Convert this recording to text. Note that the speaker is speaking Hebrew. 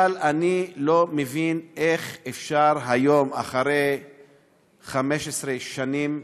אבל אני לא מבין איך אפשר היום, אחרי 15 שנים,